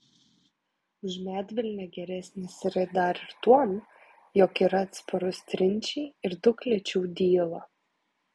už medvilnę geresnis yra dar ir tuom jog yra atsparus trinčiai ir daug lėčiau dyla